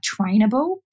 trainable